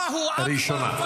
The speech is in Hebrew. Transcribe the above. עכשיו קראת לי ראשונה.